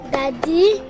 Daddy